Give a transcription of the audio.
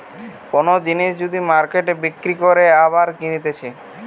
কোন জিনিস যদি মার্কেটে বিক্রি করে আবার কিনতেছে